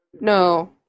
No